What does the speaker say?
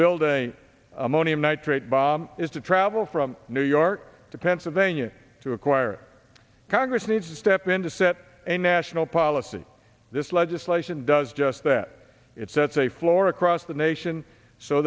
build a ammonium nitrate bomb is to travel from new york to pennsylvania to acquire congress needs to step in to set a national policy this legislation does just that it sets a floor across the nation so